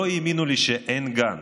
לא האמינו לי שאין גן.